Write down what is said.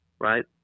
right